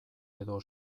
edo